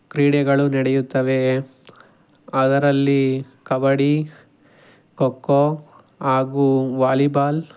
ಕ್ರೀಡೆಗಳು ನಡೆಯುತ್ತವೆ ಅದರಲ್ಲಿ ಕಬಡ್ಡಿ ಖೋ ಖೋ ಹಾಗೂ ವಾಲಿಬಾಲ್